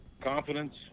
confidence